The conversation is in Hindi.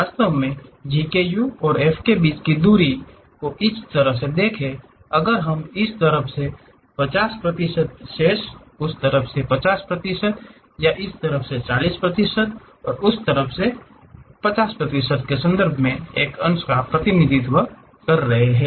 वास्तव में G के U और F के बीच की दूरी को कुछ इस तरह से देखें अगर हम इस तरफ 50 प्रतिशत शेष उस तरफ 50 प्रतिशत या इस तरफ 40 प्रतिशत उस तरफ nu 50 प्रतिशत के संदर्भ में एक अंश का प्रतिनिधित्व कर रहे हैं